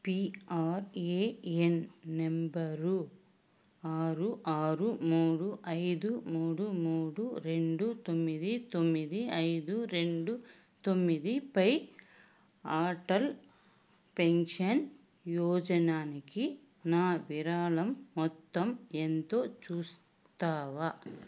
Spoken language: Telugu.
పిఆర్ఏఎన్ నెంబరు ఆరు ఆరు మూడు ఐదు మూడు మూడు రెండు తొమ్మిది తొమ్మిది ఐదు రెండు తొమ్మిదిపై ఆటల్ పెన్షన్ యోజనానికి నా విరాళం మొత్తం ఎంతో చూస్తావా